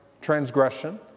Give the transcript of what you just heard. transgression